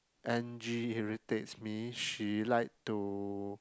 Angie irritates me she like to